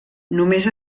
només